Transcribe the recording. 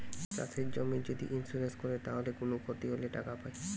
চাষের জমির যদি ইন্সুরেন্স কোরে তাইলে কুনো ক্ষতি হলে টাকা পায়